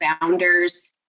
founders